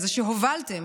בזה שהובלתם,